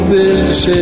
business